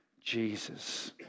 Jesus